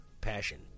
Passion